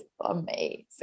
amazing